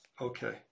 Okay